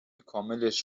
کاملش